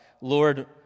Lord